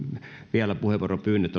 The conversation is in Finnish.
vielä puheenvuoropyynnöt